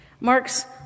Mark's